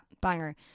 banger